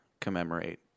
commemorate